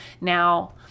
Now